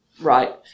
Right